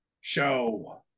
Show